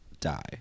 Die